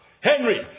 Henry